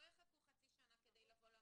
לא יחכו חצי שנה לבוא למצלמות.